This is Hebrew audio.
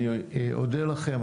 אני אודה לכם.